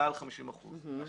מעל 50 אחוזים.